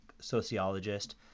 sociologist